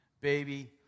baby